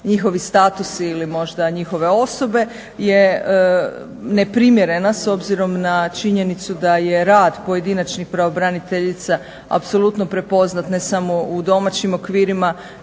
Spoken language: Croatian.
njihovi statusi ili možda njihove osobe je neprimjerena s obzirom na činjenicu da je rad pojedinačni pravobraniteljica apsolutno prepoznat ne samo u domaćim okvirima